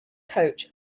coach